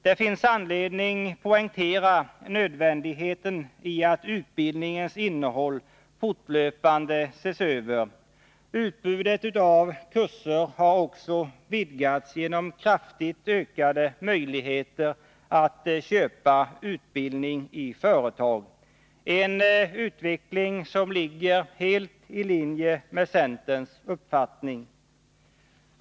Det finns anledning att poängtera nödvändigheten av att utbildningens innehåll fortlöpande ses över. Utbudet av kurser har vidgats genom kraftigt ökade möjligheter att köpa utbildning i företag, en utveckling som ligger helt i linje med centerns uppfattning.